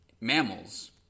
mammals